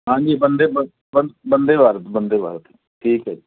ਹਾਂਜੀ ਬੰਦੇ ਬੰ ਬੰ ਬੰਦੇ ਭਾਰਤ ਬੰਦੇ ਭਾਰਤ ਠੀਕ ਹੈ ਜੀ